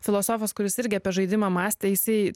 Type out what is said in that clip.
filosofas kuris irgi apie žaidimą mąstė jisai